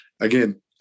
Again